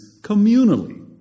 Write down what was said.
communally